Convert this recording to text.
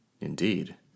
Indeed